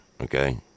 okay